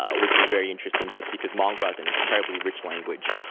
ah which was very interesting just because mongo has an incredibly rich language.